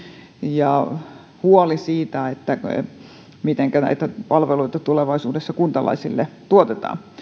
ja huoli siitä mitenkä näitä palveluita tulevaisuudessa kuntalaisille tuotetaan